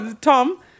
Tom